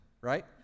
right